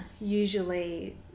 usually